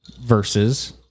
versus